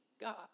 God